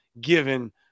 given